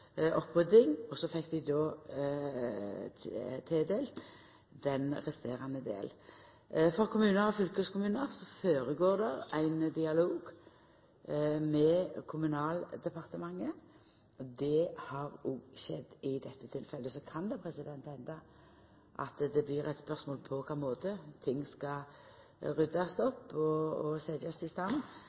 opprydding, og så fekk dei tildelt den resterande delen. For kommunar og fylkeskommunar føregår det ein dialog med Kommunaldepartementet. Det har òg skjedd i dette tilfellet. Så kan det henda at det blir spørsmål om på kva måte ting skal ryddast opp og setjast i stand. Det har eg tillit til at Kommunaldepartementet, kommunane og Fylkesmannen handterer i